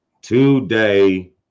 Today